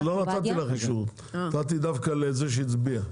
אבל לא נתתי לך רשות, נתתי דווקא לזה שהצביע.